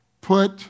put